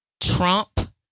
Trump